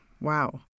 Wow